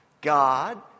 God